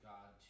God